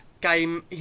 game